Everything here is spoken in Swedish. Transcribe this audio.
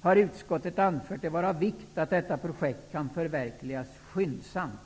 har utskottet anfört det vara av vikt att detta projekt kan förverkligas skyndsamt.